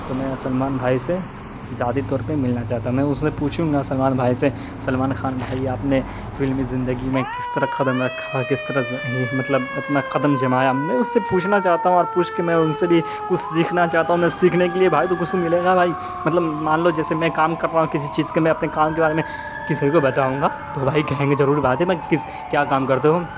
تو میں سلمان بھائی سے ذاتی طور پہ ملنا چاہتا ہوں میں اس سے پوچھوں گا سلمان بھائی سے سلمان خان بھائی آپ نے فلمی زندگی میں کس طرح قدم رکھا اور کس طرح مطلب اپنا قدم جمایا میں اس سے پوچھنا چاہتا ہوں اور پوچھ کے میں ان سے بھی کچھ سیکھنا چاہتا ہوں میں سیکھنے کے لیے بھائی تو کچھ تو ملے گا بھائی مطلب مان لو جیسے میں کام کر رہا ہوں کسی چیز کے لیے کوئی کام کے بارے میں کسی کو بتاؤں گا تو بھائی کہیں گے ضروری بات ہے میں کس کیا کام کرتے ہو